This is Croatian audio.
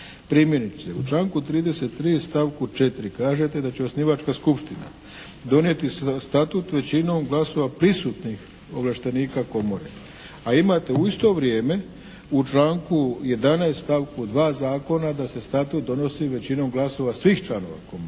Primjerice u članku 33. stavku 4. kažete da će osnivačka skupština donijeti statut većinom glasova prisutnih ovlaštenika komore, a imate u isto vrijeme u članku 11. stavku 2. zakona da se statut donosi većinom glasova svih članova komore.